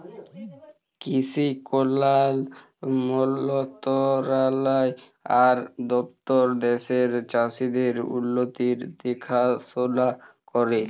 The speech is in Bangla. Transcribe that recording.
কিসি কল্যাল মলতরালায় আর দপ্তর দ্যাশের চাষীদের উল্লতির দেখাশোলা ক্যরে